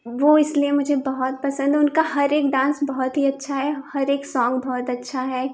वह इसलिए मुझे बहुत पसंद है उनका हर एक डांस बहुत ही अच्छा हर एक सोंग बहुत अच्छा है